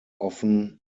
often